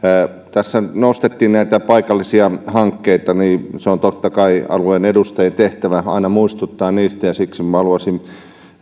tässä nostettiin näitä paikallisia hankkeita ja on totta kai alueen edustajien tehtävä aina muistuttaa niistä ja siksi haluaisin